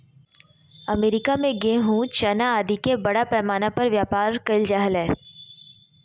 America में गेहूँ, चना आदि के बड़ा पैमाना पर व्यापार कइल जा हलय